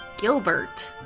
Gilbert